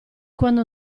quando